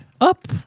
Up